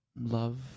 love